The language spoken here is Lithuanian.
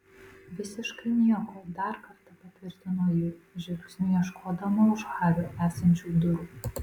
visiškai nieko dar kartą patvirtino ji žvilgsniu ieškodama už hario esančių durų